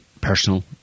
personal